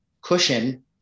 cushion